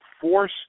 force